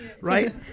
Right